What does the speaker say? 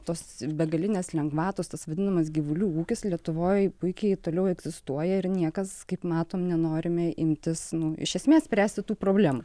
tos begalinės lengvatos tas vadinamas gyvulių ūkis lietuvoj puikiai toliau egzistuoja ir niekas kaip matom nenorime imtis iš esmės spręsti tų problemų